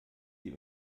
sie